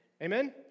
Amen